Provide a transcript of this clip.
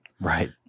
Right